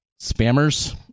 Spammers